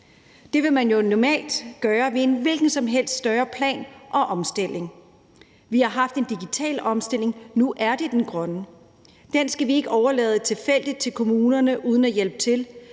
Det ville man jo også normalt gøre ved en hvilken som helst større plan og omstilling. Vi har haft en digital omstilling; nu er det den grønne. Den skal vi ikke overlade tilfældigt til kommunerne uden at hjælpe til,